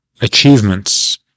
achievements